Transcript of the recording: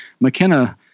McKenna